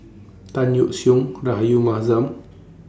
Tan Yeok Seong Rahayu Mahzam